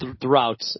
throughout